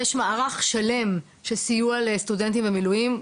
יש מערך שלם של סיוע לסטודנטים במילואים,